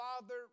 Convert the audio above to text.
Father